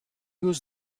was